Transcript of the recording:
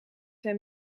hem